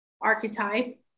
archetype